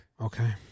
Okay